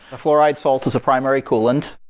fluoride salt is a primary coolant.